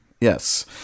yes